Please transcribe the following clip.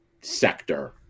sector